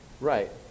right